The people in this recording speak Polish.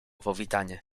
powitanie